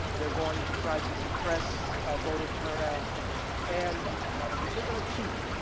they're going to try to suppress voter turnout and they're going to cheat.